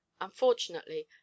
unfortunately